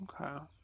Okay